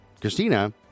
Christina